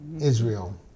Israel